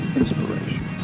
inspiration